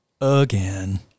again